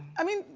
i mean,